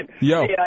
Yo